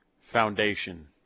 foundation